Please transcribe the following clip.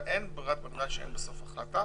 אבל אין ברירת שאין בסוף החלטה.